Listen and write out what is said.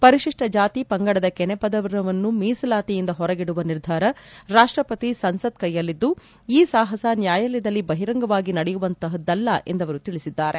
ಪರಿಶಿಷ್ಟ ಜಾತಿ ಪಂಗಡದ ಕೆನೆಪದರವನ್ನು ಮೀಸಲಾತಿಯಿಂದ ಹೊರಗಿಡುವ ನಿರ್ಧಾರ ರಾಷ್ಟಪತಿ ಸಂಸತ್ ಕೈಯಲಿದ್ದು ಈ ಸಾಹಸ ನ್ಯಾಯಾಲಯದಲ್ಲಿ ಬಹಿರಂಗವಾಗಿ ನಡೆಯುವಂತಹದ್ದಲ್ಲ ಎಂದು ಅವರು ತಿಳಿಸಿದ್ದಾರೆ